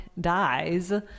dies